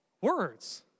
words